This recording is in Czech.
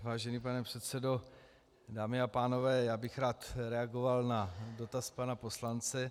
Vážený pane předsedo, dámy a pánové, rád bych reagoval na dotaz pana poslance.